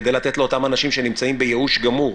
כדי לתת לאותם אנשים שנמצאים בייאוש גמור,